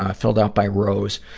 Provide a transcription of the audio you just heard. ah filled out by rose.